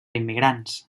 immigrants